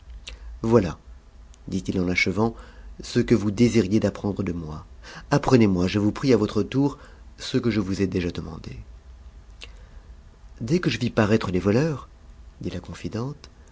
voità dit-il en achevant ce que vous désiriez d'apprendre de moi apprenez-moi je vous prie à votre tour ce que je vous ai dé a demande a dès que je vis paraitre les voleurs dit la confidente